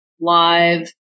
live